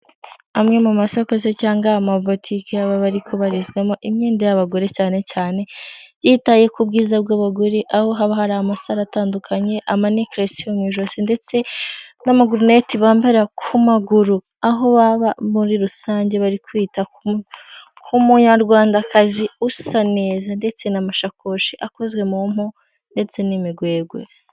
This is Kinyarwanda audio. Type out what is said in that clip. Amwe mu masoko se cyangwa amabotike aba ari kubarizwamo imyenda y’abagore cyane cyane yitaye ku bwiza bw'abagore aho haba hari amasaro atandukanye amanekilesi yo mu ijosi ndetse n'amagurumete bambara ku maguru aho baba muri rusange bari kwita k'umunyarwandakazi usa neza ndetse n'amashakoshi akozwe mu mpu ndetse n'imigwegwe.